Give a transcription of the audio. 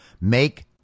make